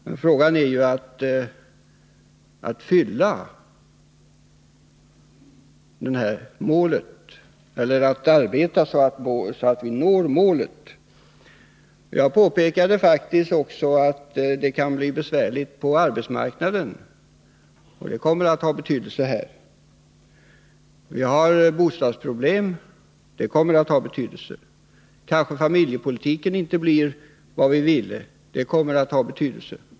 Vad frågan gäller är hur vi skall arbeta för att nå det målet. Jag påpekade faktiskt också att det kan bli besvärligt på arbetsmarknaden. Det kommer att ha betydelse i detta sammanhang. Vi har bostadsproblem — det kommer att ha betydelse. Kanske familjepolitiken inte blir vad vi ville — det kommer att ha betydelse.